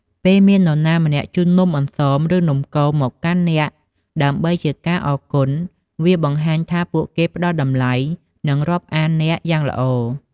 ពេលមាននរណាម្នាក់ជូននំអន្សម ឬ នំគមមកកាន់អ្នកដើម្បីជាការអរគុណ វាបង្ហាញថាពួកគេផ្ដល់តម្លៃ និងរាប់អានអ្នកយ៉ាងល្អ។